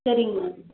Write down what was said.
சரிங்க மேம்